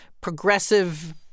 progressive